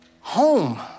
home